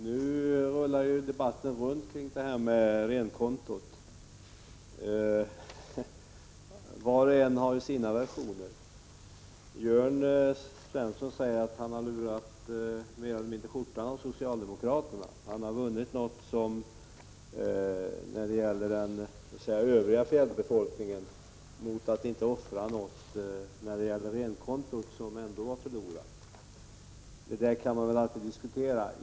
Herr talman! Nu kretsar ju debatten kring detta med renkontot. Var och en har sina versioner. Jörn Svensson säger att han mer eller mindre har lurat skjortan av socialdemokraterna. Han har vunnit något för den övriga fjällbefolkningen mot att inte offra något för samernas del när det gäller renkontot, som ändå var förlorat. Det där kan man väl alltid diskutera.